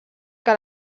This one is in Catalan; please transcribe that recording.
que